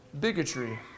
bigotry